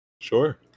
Sure